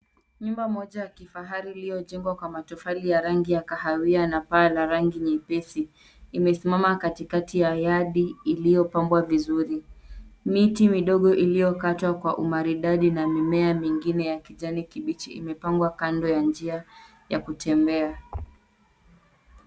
Nyumba moja ya kifahari iliyojengwa kwa matofali ya rangi ya kahawia na paa la rangi nyepesi, imesimama katikati ya yadi iliyopambwa vizuri. Miti midogo iliyokatwa kwa umaridadi na mimea mingine ya kijani kibichi, imepangwa kando ya njia ya kutembea.